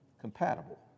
compatible